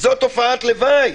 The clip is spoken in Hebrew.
זאת תופעת לוואי